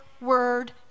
word